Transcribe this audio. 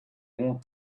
want